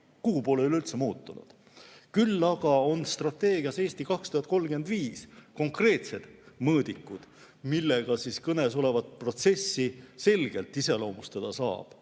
kuhupoole üleüldse muutunud. Küll aga on strateegias "Eesti 2035" konkreetsed mõõdikud, millega kõnesolevat protsessi selgelt iseloomustada saab.